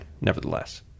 nevertheless